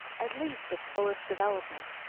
at least its fullest development.